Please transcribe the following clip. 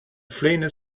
flint